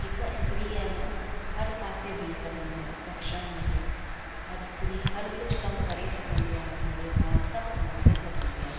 हिक स्त्री आहे न हर पासे बिही सघंदी आहे सक्षम आहे हर स्त्री हर कुझु कमु करे सघंदी आहे घरु ॿार सभु संभाले सघंदी आहे